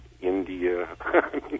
India